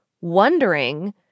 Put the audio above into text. wondering